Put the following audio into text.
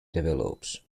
develops